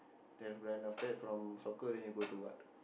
then run after that from soccer then you go to what